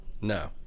No